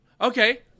okay